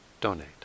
donate